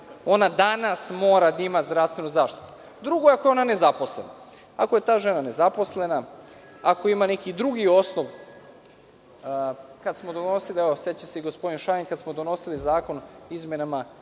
Ona danas mora da ima zdravstvenu zaštitu. Drugo je ako je ona nezaposlena. Ako je ta žena nezaposlena, ako ima neki drugi osnov. Kada smo donosili, evo seća se i gospodin Šajn, kada smo donosili Zakon o izmenama